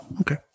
okay